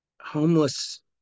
homeless